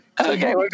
Okay